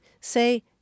say